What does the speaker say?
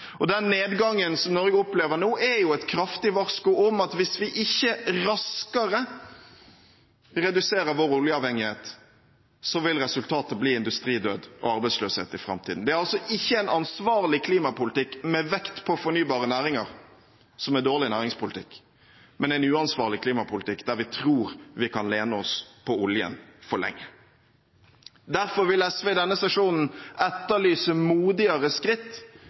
gammelt. Den nedgangen som Norge opplever nå, er et kraftig varsko om at hvis vi ikke raskere reduserer vår oljeavhengighet, så vil resultatet bli industridød og arbeidsløshet i framtiden. Det er altså ikke en ansvarlig klimapolitikk med vekt på fornybare næringer som er dårlig næringspolitikk, men en uansvarlig klimapolitikk der vi tror vi kan lene oss på oljen for lenge. Derfor vil SV i denne sesjonen etterlyse modigere skritt